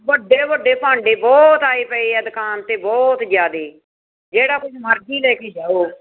ਵੱਡੇ ਵੱਡੇ ਭਾਂਡੇ ਬਹੁਤ ਆਏ ਪਏ ਆ ਦੁਕਾਨ 'ਤੇ ਬਹੁਤ ਜ਼ਿਆਦੇ ਜਿਹੜਾ ਕੁਝ ਮਰਜ਼ੀ ਲੈ ਕੇ ਜਾਓ